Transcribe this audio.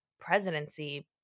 presidency